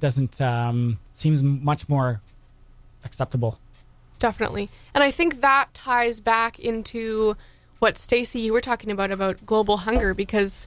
it doesn't seems much more acceptable definitely and i think that tara's back into what stacey you were talking about about global hunger because